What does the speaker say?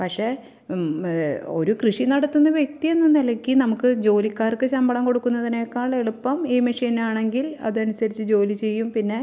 പക്ഷെ ഒരു കൃഷി നടത്തുന്ന വ്യക്തി എന്ന നിലയ്ക്ക് നമുക്ക് ജോലിക്കാർക്ക് ശമ്പളം കൊടുക്കുന്നതിനേക്കാൾ എളുപ്പം ഈ മെഷീനാണെങ്കിൽ അതനുസരിച്ച് ജോലി ചെയ്യും പിന്നെ